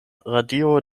radio